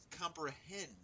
comprehend